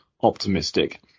optimistic